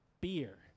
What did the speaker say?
beer